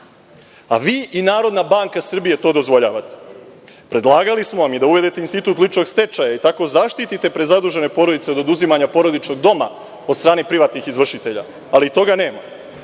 A vi i Narodna banka Srbije to dozvoljavate. Predlagali smo vam i da uvedete institut ličnog stečaja i tako zaštite prezadužene porodice od oduzimanja porodičnog doma od strane privatnih izvršitelja, ali toga nema.